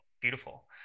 beautiful